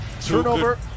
Turnover